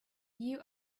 you